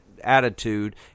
attitude